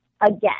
again